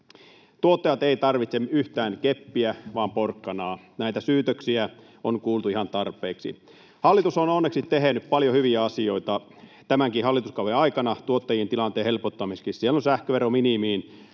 Tuottajat eivät tarvitse yhtään keppiä, vaan porkkanaa. Näitä syytöksiä on kuultu ihan tarpeeksi. Hallitus on onneksi tehnyt paljon hyviä asioita tämänkin hallituskauden aikana tuottajien tilanteen helpottamiseksi. Siellä on sähkövero minimiin,